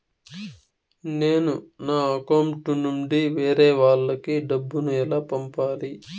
నేను నా అకౌంట్ నుండి వేరే వాళ్ళకి డబ్బును ఎలా పంపాలి?